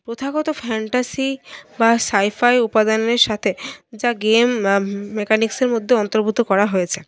প্রথাগত ফ্যান্টাসি বা sci fi উপাদানের সাথে যা গেম মেকানিক্সের মধ্যে অন্তর্ভুক্ত করা হয়েছে